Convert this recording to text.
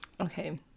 okay